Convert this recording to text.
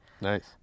Nice